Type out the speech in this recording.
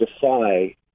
defy